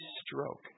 stroke